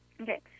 Okay